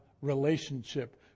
relationship